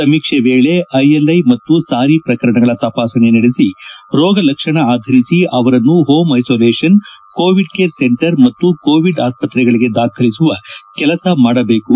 ಸಮೀಕ್ಷೆ ವೇಳೆ ILI ಮತ್ತು ಸಾರಿ ಪ್ರಕರಣಗಳ ತಪಾಸಣೆ ನಡೆಸಿ ರೋಗ ಲಕ್ಷಣ ಆಧರಿಸಿ ಅವರನ್ನು home isolation Covid care centre ಮತ್ತು ಕೋವಿಡ್ ಆಸ್ಪತ್ರೆಗಳಿಗೆ ದಾಖಲಿಸುವ ಕೆಲಸ ಮಾಡಬೇಕು